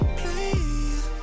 please